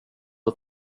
att